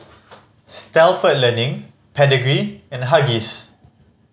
Stalford Learning Pedigree and Huggies